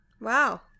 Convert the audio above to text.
Wow